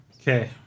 Okay